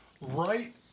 Right